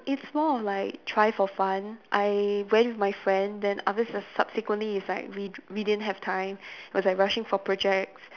it's more of like try for fun I went with my friend then after sub~ subsequently is like we we didn't have time was like rushing for projects